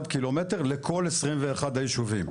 קילומטר לכל 21 הישובים.